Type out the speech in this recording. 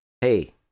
Hey